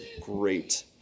great